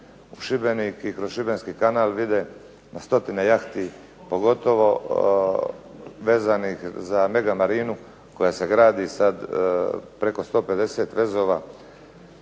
u Šibenik i kroz Šibenski kanal vide na stotine jahti, pogotovo vezanih za Mega Marinu koja se gradi sad preko 150 vezova